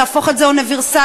תהפוך את זה לאוניברסלי.